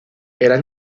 eran